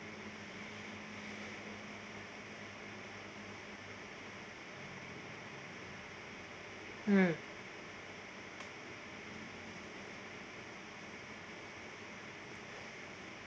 mm